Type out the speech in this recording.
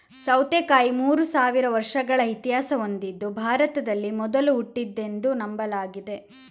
ಸೌತೆಕಾಯಿ ಮೂರು ಸಾವಿರ ವರ್ಷಗಳ ಇತಿಹಾಸ ಹೊಂದಿದ್ದು ಭಾರತದಲ್ಲಿ ಮೊದಲು ಹುಟ್ಟಿದ್ದೆಂದು ನಂಬಲಾಗಿದೆ